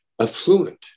affluent